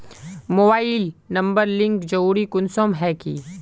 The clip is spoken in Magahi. मोबाईल नंबर लिंक जरुरी कुंसम है की?